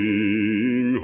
Sing